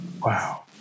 Wow